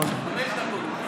עוד מעט, חמש דקות.